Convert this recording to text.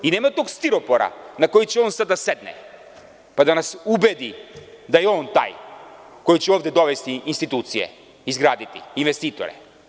Nema tog stiropora na koji će on sada da sedne pa da nas ubedi da je on taj koji će ovde dovesti institucije, izgraditi, investitore.